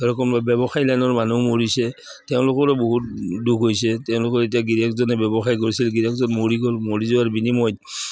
ব্যৱসায় লাইনৰ মানুহ মৰিছে তেওঁলোকৰো বহুত দুখ হৈছে তেওঁলোকৰ এতিয়া গিৰীয়েকজনে ব্যৱসায় কৰিছিল গিৰীয়েকজন মৰি গ'ল মৰি যোৱাৰ বিনিময়ত